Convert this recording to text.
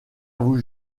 vous